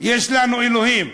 יש לנו אלוהים.